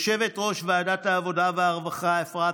יושבת-ראש ועדת העבודה והרווחה אפרת